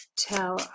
tell